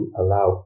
allow